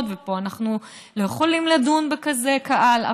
ופה אנחנו לא יכולים לדון עם כזה קהל,